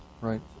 Right